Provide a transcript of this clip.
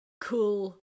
cool